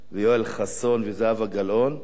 יואל חסון וזהבה גלאון.